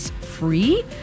free